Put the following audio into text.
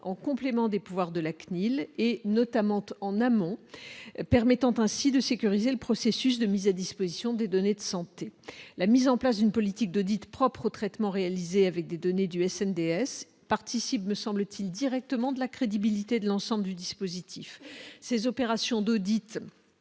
en complément des pouvoirs de la CNIL, et notamment au en amont, permettant ainsi de sécuriser le processus de mise à disposition des données de santé : la mise en place d'une politique de dites propres au traitement réalisé avec des données du SNE DS participent, me semble-t-il directement de la crédibilité de l'ensemble du dispositif ces opérations d'audits